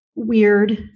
Weird